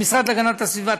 המשרד להגנת הסביבה,